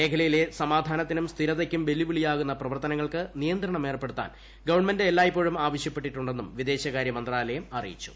മേഖലയിലെ സമാധാനത്തിനും സ്ഥിരതയ്ക്കും വെല്ലുവിളിയാകുന്ന പ്രവർത്തനങ്ങൾക്ക് നിയന്ത്രണമേർപ്പെടുത്താൻ ഗവൺമെന്റ് എല്ലായ്പ്പോഴും ആവശ്യപ്പെട്ടിട്ടുന്നെും വിദേശകാര്യ മന്ത്രാലയം അറിയിച്ചു